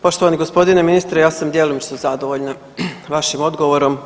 Poštovani gospodine ministre ja sam djelimično zadovoljna vašim odgovorom.